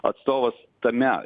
atstovas tame